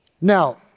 Now